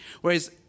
whereas